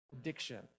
addiction